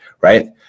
right